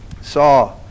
saw